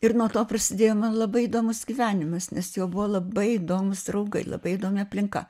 ir nuo to prasidėjo man labai įdomus gyvenimas nes jo buvo labai įdomūs draugai labai įdomi aplinka